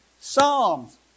Psalms